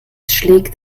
schlägt